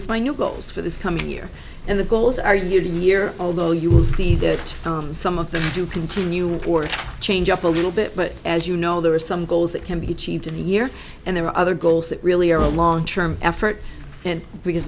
with my new goals for this coming year and the goals are year to year although you will see that some of them do continue or change up a little bit but as you know there are some goals that can be achieved in the year and there are other goals that really are a long term effort and because